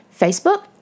Facebook